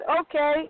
okay